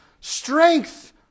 strength